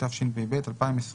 התשפ"ב 2021